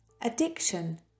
addiction